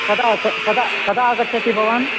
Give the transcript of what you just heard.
कदा कदा कदा आगच्छति भवान्